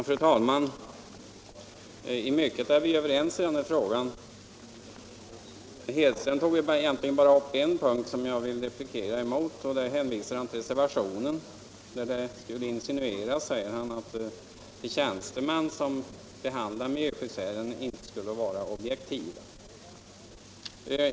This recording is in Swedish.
Fru talman! I mycket är vi överens i den här frågan. Herr Hedström tog egentligen bara upp en punkt som jag vill replikera emot. Där hänvisade han till reservationen, där det skulle insinueras, sade han, att de tjänstemän som behandlar miljöskyddsärenden inte skulle vara objektiva.